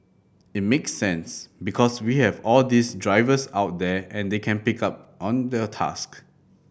it makes sense because we have all these drivers out there and they can pick up on their task